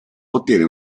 ottiene